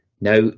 Now